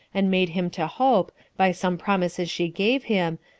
and made him to hope, by some promises she gave him,